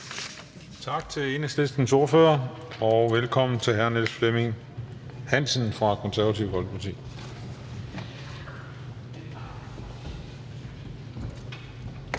Tak til Enhedslistens ordfører, og velkommen til hr. Niels Flemming Hansen fra Det Konservative Folkeparti.